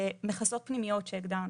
ולמכסות פנימיות שהגדרנו.